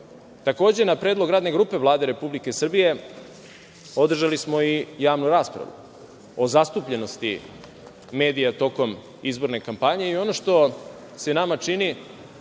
na predlog Radne grupe Vlade Republike Srbije, održali smo i javnu raspravu o zastupljenosti medija tokom izborne kampanje i ono što se nama čini,